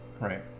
Right